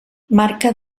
marca